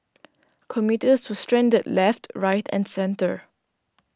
commuters were stranded left right and centre